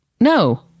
no